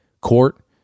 Court